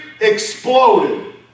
exploded